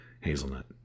Hazelnut